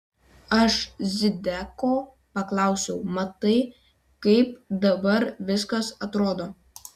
aš zideko paklausiau matai kaip dabar viskas atrodo